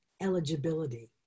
eligibility